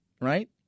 right